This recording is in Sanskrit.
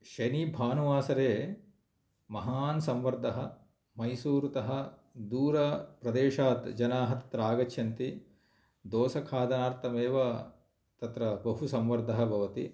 शनीभानुवासरे महान् संवर्धः मैसूरुतः दूरप्रदेशात् जनाः तत्र आगच्छन्ति दोसखादार्थम् एव तत्र बहु संवर्धः भवति